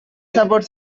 support